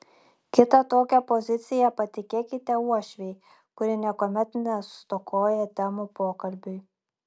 kitą tokią poziciją patikėkite uošvei kuri niekuomet nestokoja temų pokalbiui